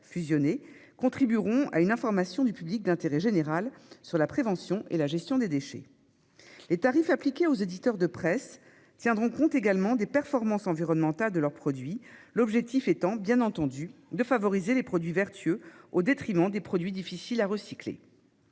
fusionnée contribueront à une information du public d'intérêt général sur la prévention et la gestion des déchets. Les tarifs appliqués aux éditeurs de presse tiendront compte également des performances environnementales de leurs produits, l'objectif étant, bien entendu, de favoriser les produits vertueux au détriment des produits difficiles à recycler.